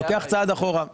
אני לו קח צעד אחורה.